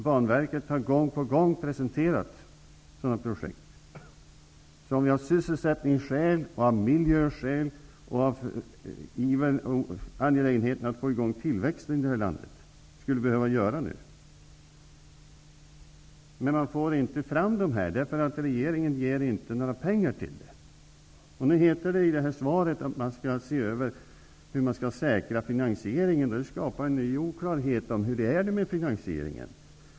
Banverket har gång på gång presenterat många sådana projekt som skulle behöva genomföras av sysselsättningsskäl och av miljöskäl och för att få i gång tillväxten i vårt land. Men man får inte fram dessa projekt, eftersom regeringen inte ger några pengar till dem. Det heter nu i svaret att man skall se över hur finansieringen skall säkras, och det skapar en ny osäkerhet om hur det är med finansieringen.